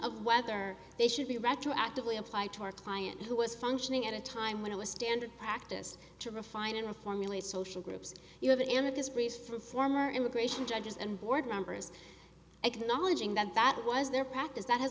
of whether they should be retroactively apply to our client who was functioning at a time when it was standard practice to refine and formulate social groups you know the end of this recent former immigration judges and board members acknowledging that that was their practice that has